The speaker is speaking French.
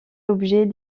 l’objet